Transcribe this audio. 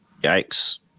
Yikes